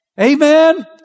Amen